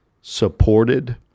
supported